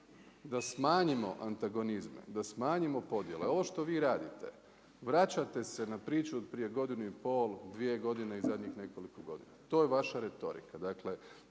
da smanjimo antagonizme, da smanjimo podjele. Ovo što vi radite vraćate se na priču od prije godinu i pol, dvije godine i zadnjih nekoliko godina. To je vaša retorika.